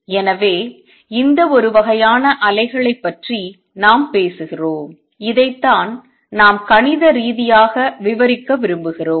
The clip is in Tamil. எனவே இந்த ஒரு வகையான அலைகளைப் பற்றி நாம் பேசுகிறோம் இதைத்தான் நாம் கணித ரீதியாக விவரிக்க விரும்புகிறோம்